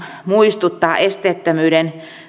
muistuttaa esteettömyyden